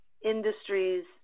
industries